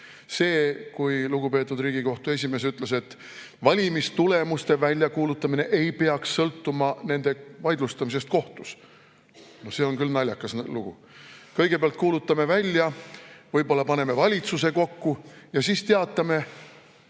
see, kui lugupeetud Riigikohtu esimees ütles, et valimistulemuste väljakuulutamine ei peaks sõltuma nende vaidlustamisest kohtus. See on küll naljakas lugu. Kõigepealt kuulutame välja, võib-olla paneme valitsuse kokku ja siis teatame,